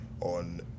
on